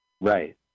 Right